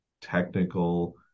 technical